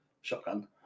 Shotgun